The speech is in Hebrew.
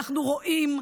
אנחנו רואים.